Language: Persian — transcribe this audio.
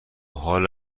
حال